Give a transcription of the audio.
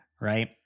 right